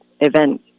event